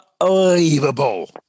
Unbelievable